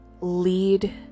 lead